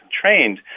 trained